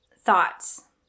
thoughts